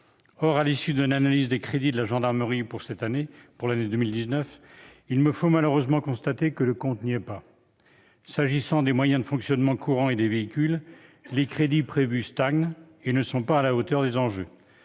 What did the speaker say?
Or, à l'issue de l'analyse des crédits de la gendarmerie pour 2019, il me faut malheureusement constater que « le compte n'y est pas ». S'agissant des moyens de fonctionnement courant et des véhicules, les crédits prévus stagnent et ne sont pas à la hauteur des enjeux.